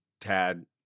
Tad